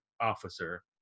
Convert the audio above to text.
officer